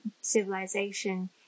civilization